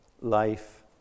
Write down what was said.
life